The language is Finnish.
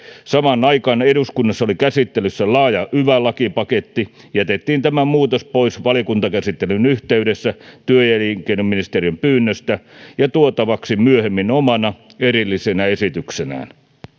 samaan aikaan eduskunnassa oli käsittelyssä laaja yva lakipaketti jätettiin tämä muutos pois valiokuntakäsittelyn yhteydessä työ ja elinkeinoministeriön pyynnöstä ja tuotavaksi myöhemmin omana erillisenä esityksenään